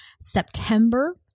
September